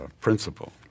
principle